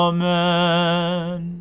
Amen